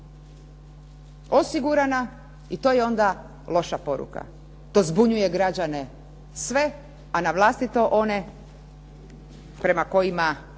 osigurana i to je onda loša poruka. To zbunjuje građane sve, a navlastito one prema kojima